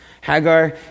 Hagar